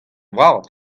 vras